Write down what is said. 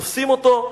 תופסים אותו,